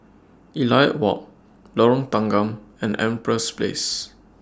Elliot Walk Lorong Tanggam and Empress Place